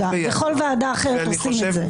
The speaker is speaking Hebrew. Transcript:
בכל ועדה אחרת עושים את זה.